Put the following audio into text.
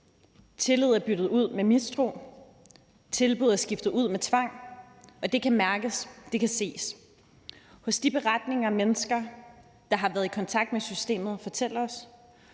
Tillid er byttet ud med mistro, tilbud er skiftet ud med tvang, og det kan mærkes. Det kan ses på de beretninger, som mennesker, der har været i kontakt med systemet, fortæller os,